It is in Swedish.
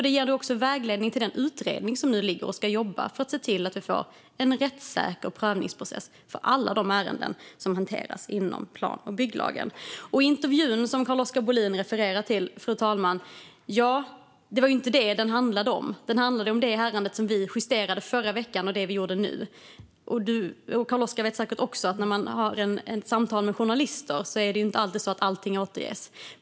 Det ger också vägledning till den utredning som nu ska jobba för att se till att vi får en rättssäker prövningsprocess för alla de ärenden som hanteras inom plan och bygglagen. Den intervju som Carl-Oskar Bohlin refererar till, fru talman, handlade inte om detta. Den handlade om det ärende som vi justerade förra veckan och om det vi gjorde nu. Carl-Oskar vet säkert också att det inte alltid är allt som återges när man har samtal med journalister.